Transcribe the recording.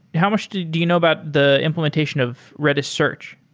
how much do do you know about the implementation of redis search?